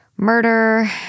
murder